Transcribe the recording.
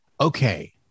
okay